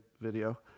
video